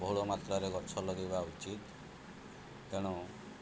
ବହୁଳ ମାତ୍ରାରେ ଗଛ ଲଗାଇବା ଉଚିତ୍ ତେଣୁ